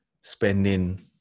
spending